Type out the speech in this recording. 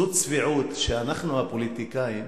זו צביעות שאנחנו, הפוליטיקאים,